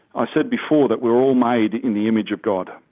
i said before that we're all made in the image of god,